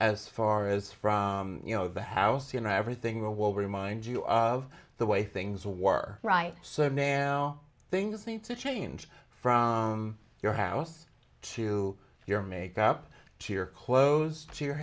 as far as from you know the house you know everything will be remind you of the way things were right so now things need to change from your house to your makeup to your clothes to your